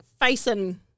facing